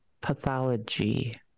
pathology